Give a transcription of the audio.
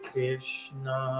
Krishna